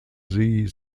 sie